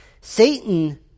Satan